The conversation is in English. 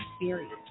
experience